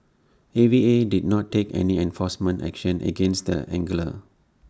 A V A did not take any enforcement action against the angler